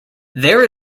there